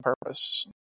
purpose